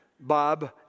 Bob